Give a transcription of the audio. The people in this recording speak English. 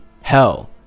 Hell